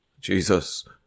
Jesus